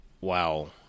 Wow